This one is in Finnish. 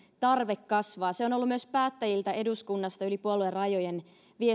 tarve kasvaa se on ollut viesti myös päättäjiltä eduskunnasta yli puoluerajojen